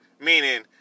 Meaning